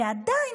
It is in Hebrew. ועדיין,